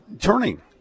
turning